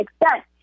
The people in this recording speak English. extent